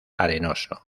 arenoso